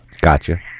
Gotcha